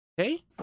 Okay